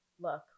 look